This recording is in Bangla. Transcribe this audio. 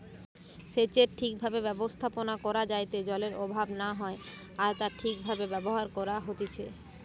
সেচের ঠিক ভাবে ব্যবস্থাপনা করা যাইতে জলের অভাব না হয় আর তা ঠিক ভাবে ব্যবহার করা হতিছে